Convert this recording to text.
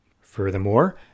Furthermore